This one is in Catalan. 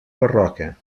barroca